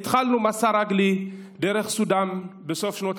התחלנו מסע רגלי דרך סודאן בסוף שנות ה-70.